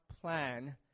plan